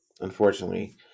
unfortunately